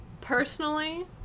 Personally